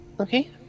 Okay